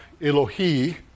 Elohi